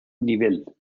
nivel